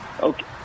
Okay